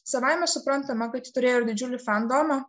savaime suprantama kad ji turėjo ir didžiulį fandomą